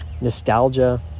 nostalgia